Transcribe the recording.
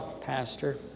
Pastor